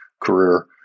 career